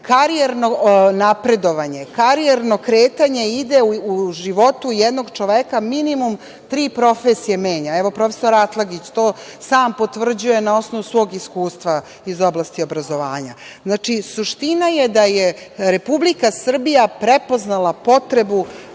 karijerno napredovanje. Karijerno kretanje ide u životu jednog čoveka i minimum tri profesije menja. Evo, prof. Atlagić to sam potvrđuje na osnovu svog iskustva iz oblasti obrazovanja. Znači, suština je da je Republika Srbija prepoznala potrebu,